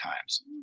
times